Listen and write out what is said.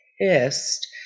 pissed